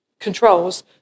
controls